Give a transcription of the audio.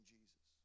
Jesus